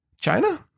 China